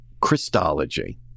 Christology